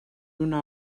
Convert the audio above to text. una